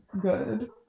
good